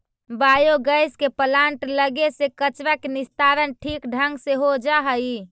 biogas के plant लगे से कचरा के निस्तारण ठीक ढंग से हो जा हई